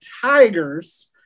Tigers